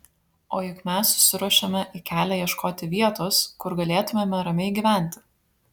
o juk mes susiruošėme į kelią ieškoti vietos kur galėtumėme ramiai gyventi